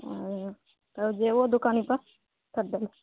ओ तब जेबो दोकान पर कैट दऽ ने